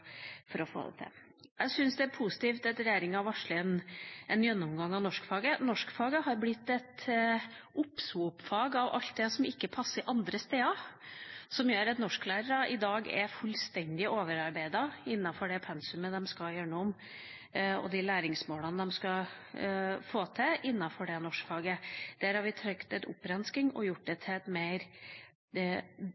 for å få det til. Jeg syns det er positivt at regjeringa varsler en gjennomgang av norskfaget. Norskfaget har blitt et oppsopfag av alt det som ikke passer andre steder, som gjør at norsklærere i dag er fullstendig overarbeidet innenfor det pensumet de skal gjennom og de læringsmålene de skal få til innenfor norskfaget. Vi hadde trengt en opprensking og å gjøre det